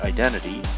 Identity